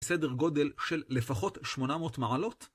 סדר גודל של לפחות 800 מעלות.